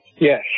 Yes